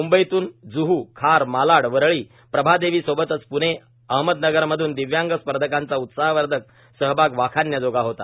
मुंबईतून जुहू खार मालाड वरळी प्रभादेवीसोबतच पुणे अहमदनगरमध्न दिव्यांग स्पर्धकांचा उत्साहवर्धक सहभाग वाखाणण्याजोगा होता